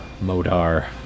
Modar